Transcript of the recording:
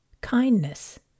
Kindness